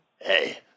Hey